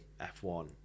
F1